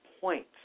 points